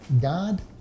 God